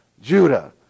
Judah